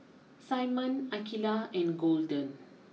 Simon Akeelah and Golden